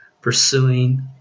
pursuing